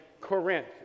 Corinth